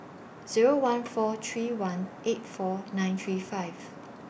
Zero one four three one eight four nine three five